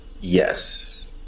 yes